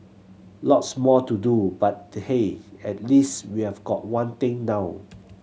lots more to do but hey at least we have got one thing down